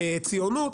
ציונות,